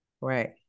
right